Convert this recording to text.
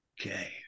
Okay